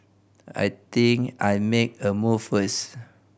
I think I make a move first